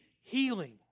healing